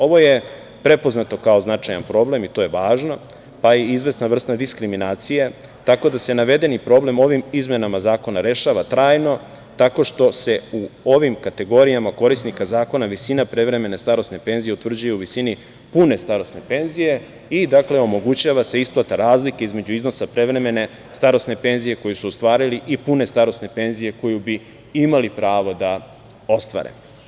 Ovo je prepoznato kao značajan problem, i to je važno, pa i izvesna vrsta diskriminacije, tako da se navedeni problem ovim izmenama zakona rešava trajno tako što se u ovim kategorijama korisnika zakona visina prevremene starosne penzije utvrđuje u visini pune starosne penzije i omogućava se isplata razlike između iznosa prevremene starosne penzije koju su ostvarili i pune starosne penzije koju bi imali pravo da ostvare.